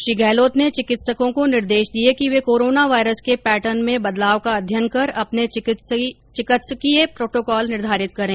श्री गहलोत ने चिकित्सकों को निर्देश दिए कि वे कोरोना वायरस के पैटर्न में बदलाव का अध्ययन कर अपना चिकित्सकीय प्रोटोकॉल निर्धारित करें